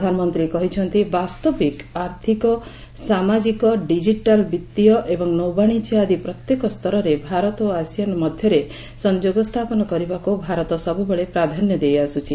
ପ୍ରଧାନମନ୍ତ୍ରୀ କହିଛନ୍ତି ବାସ୍ତବିକ ଆର୍ଥିକ ସାମାଜିକ ଡିଜିଟାଲ୍ ବିତ୍ତୀୟ ଏବଂ ନୌବାଶିଜ୍ୟ ଆଦି ପ୍ରତ୍ୟେକ ସ୍ତରରେ ଭାରତ ଓ ଆସିଆନ୍ ମଧ୍ୟରେ ସଂଯୋଗ ସ୍ଥାପନ କରିବାକୁ ଭାରତ ସବୁବେଳେ ପ୍ରାଧାନ୍ୟ ଦେଇଆସୁଛି